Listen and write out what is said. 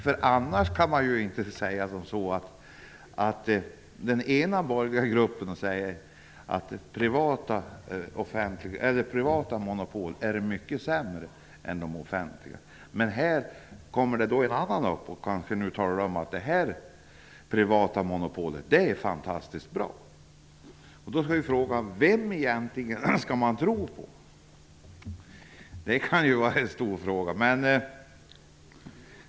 På annat sätt kan det inte förklaras att den ena borgerliga gruppen säger att privata monopol är mycket sämre än de offentliga medan den andra nu talar om att ett visst privat monopol är fantastiskt bra. Vem skall man egentligen tro på?